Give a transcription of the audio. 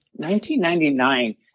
1999